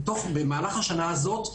במהלך השנה הזאת,